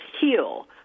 heal